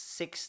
six